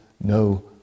no